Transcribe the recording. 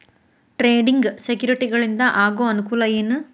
trading ಸೆಕ್ಯುರಿಟಿಗಳಿಂದ ಆಗೋ ಅನುಕೂಲ ಏನ